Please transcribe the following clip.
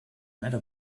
matter